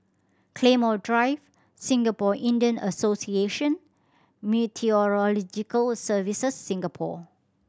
Claymore Drive Singapore Indian Association Meteorological Services Singapore